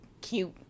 cute